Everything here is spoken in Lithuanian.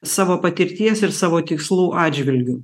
savo patirties ir savo tikslų atžvilgiu